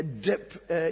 dip